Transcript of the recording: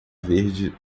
verde